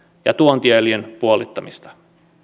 ja tuontiöljyn puolittamista